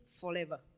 forever